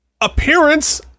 appearance